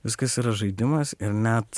viskas yra žaidimas ir net